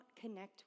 connect